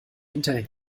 hinterher